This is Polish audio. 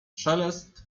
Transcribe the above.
szelest